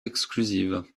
exclusive